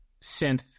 synth